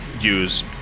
use